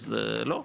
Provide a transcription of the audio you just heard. אז לא.